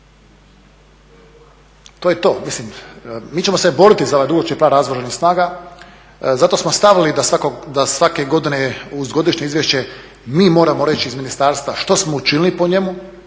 To je to. Mislim, mi ćemo se boriti za dugoročni plan … snaga, zato smo stavili da svake godine u godišnje izvješće mi moramo reći iz ministarstva što smo učinili po njemu,